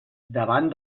davant